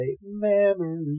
memories